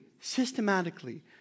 systematically